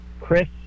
Chris